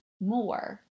more